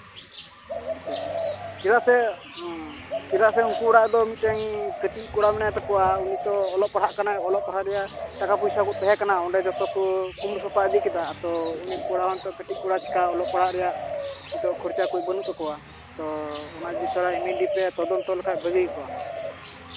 ᱟᱪᱪᱷᱟ ᱟᱪᱪᱷᱟ ᱪᱮᱫᱟᱜ ᱥᱮ ᱪᱮᱫᱟᱜ ᱥᱮ ᱩᱱᱠᱩ ᱚᱲᱟᱜ ᱨᱮᱫᱚ ᱢᱤᱫᱴᱮᱱ ᱠᱟᱹᱴᱤᱡ ᱠᱚᱲᱟ ᱢᱮᱱᱟᱭ ᱛᱟᱠᱚᱣᱟ ᱩᱱᱤ ᱛᱚ ᱚᱞᱚᱜ ᱯᱟᱲᱦᱟᱜ ᱠᱟᱱᱟᱭ ᱚᱞᱚᱜ ᱯᱟᱲᱦᱟᱜ ᱨᱮᱭᱟᱜ ᱴᱟᱠᱟ ᱯᱚᱭᱥᱟ ᱠᱚ ᱛᱟᱦᱮᱸ ᱠᱟᱱᱟ ᱚᱸᱰᱮ ᱡᱚᱛᱚ ᱠᱚ ᱠᱩᱢᱵᱽᱲᱩ ᱥᱟᱯᱷᱟ ᱤᱫᱤ ᱠᱮᱫᱟ ᱟᱫᱚ ᱩᱱᱤ ᱠᱚᱲᱟ ᱦᱚᱸ ᱱᱤᱛᱚᱜ ᱠᱟᱹᱴᱤᱡ ᱠᱚᱲᱟ ᱪᱤᱠᱟᱹ ᱚᱞᱚᱜ ᱯᱟᱲᱦᱟᱜ ᱨᱮᱭᱟᱜ ᱱᱤᱛᱚᱜ ᱠᱷᱚᱨᱪᱟ ᱠᱚ ᱵᱟᱹᱱᱩᱜ ᱛᱟᱠᱚᱣᱟ ᱛᱚ ᱚᱱᱟᱛᱮ ᱤᱢᱤᱰᱤᱭᱮᱴ ᱯᱮ ᱛᱚᱫᱚᱱᱛᱚ ᱞᱮᱠᱷᱟᱱ ᱵᱷᱟᱜᱮ ᱦᱩᱭ ᱠᱚᱜᱼᱟ